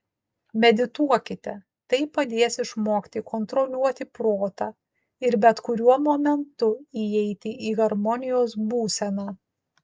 medituokite tai padės išmokti kontroliuoti protą ir bet kuriuo momentu įeiti į harmonijos būseną